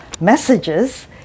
messages